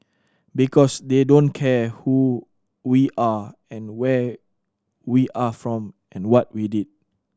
because they don't care who we are and where we are from and what we did